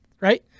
right